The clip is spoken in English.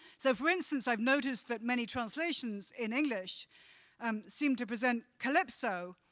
so for instance, i've noticed that many translations in english um seem to present calypso,